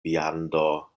viando